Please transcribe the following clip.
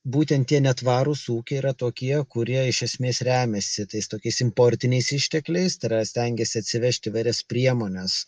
būtent tie netvarūs ūkiai yra tokie kurie iš esmės remiasi tais tokiais importiniais ištekliai tai yra stengiasi atsivežti įvairias priemones